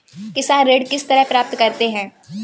किसान ऋण किस तरह प्राप्त कर सकते हैं?